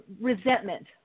Resentment